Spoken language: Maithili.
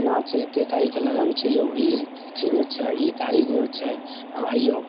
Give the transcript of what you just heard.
एना छै एतेक तारिखके लगन छै यौ ई चिन्ह छै ई तारीकमे छै अहाँ अइयौ